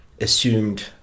assumed